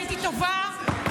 הייתי טובה".